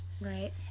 Right